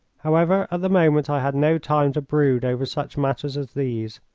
however, at the moment i had no time to brood over such matters as these.